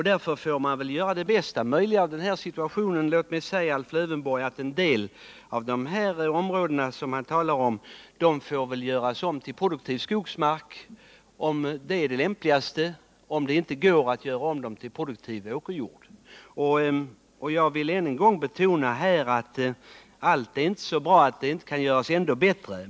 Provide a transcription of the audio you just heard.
Därför får vi väl försöka göra det bästa möjliga av situationen. Låt mig säga till Alf Lövenborg att en del av de områden som han talar om väl får göras om till produktiv skogsmark, om detta är det lämpligaste förfarandet och om det inte går att göra om dem till produktiv åkerjord. Jag vill än en gång betona att allt inte är så bra att det inte kan göras ännu bättre.